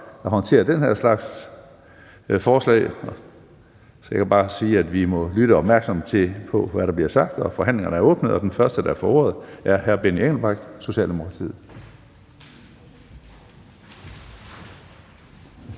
at håndtere den her slags forslag, så jeg kan bare sige, at vi må lytte opmærksomt til, hvad der bliver sagt. Forhandlingen er åbnet, og den første, der får ordet, er hr. Benny Engelbrecht, Socialdemokratiet.